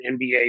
NBA